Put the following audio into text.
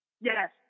Yes